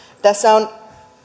tässä on